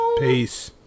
Peace